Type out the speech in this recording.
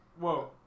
whoa